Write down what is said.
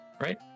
right